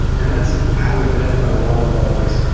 and that's how we've identified a lot of the bottlenecks.